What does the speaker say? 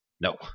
No